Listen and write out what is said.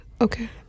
Okay